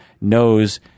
knows